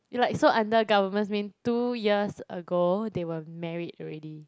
you like so under government mean two years ago they were married already